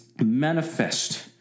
manifest